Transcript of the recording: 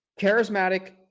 charismatic